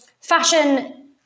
fashion